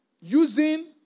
using